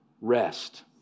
rest